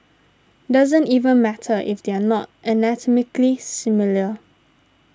doesn't even matter if they're not anatomically similar